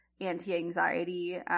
anti-anxiety